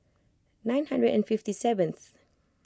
nine hundred and fifty seventh